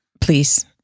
Please